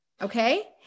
Okay